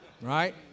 Right